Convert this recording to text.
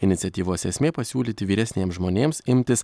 iniciatyvos esmė pasiūlyti vyresniems žmonėms imtis